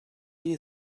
you